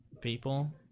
people